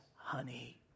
honey